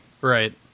Right